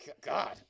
God